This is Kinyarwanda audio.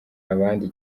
abandi